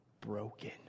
broken